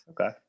okay